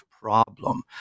problem